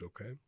okay